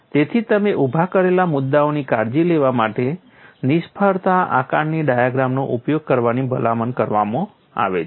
તેથી તમે ઉભા કરેલા મુદ્દાઓની કાળજી લેવા માટે નિષ્ફળતા આકારણી ડાયાગ્રામનો ઉપયોગ કરવાની ભલામણ કરવામાં આવે છે